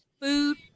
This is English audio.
Food